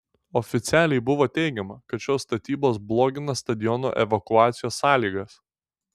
oficialiai buvo teigiama kad šios statybos blogina stadiono evakuacijos sąlygas